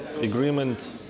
agreement